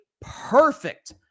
perfect